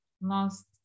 last